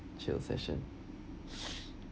chill session